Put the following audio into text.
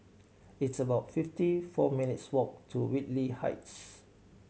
it's about fifty four minutes' walk to Whitley Heights